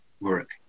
work